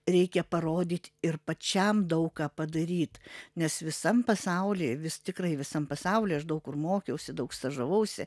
reikia parodyt ir pačiam daug ką padaryt nes visam pasauly vis tikrai visam pasauly aš daug kur mokiausi daug stažavausi